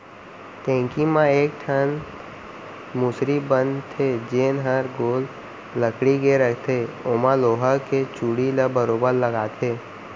ढेंकी म एक ठन मुसरी बन थे जेन हर गोल लकड़ी के रथे ओमा लोहा के चूड़ी ल बरोबर लगाथे